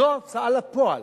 זו הוצאה לפועל,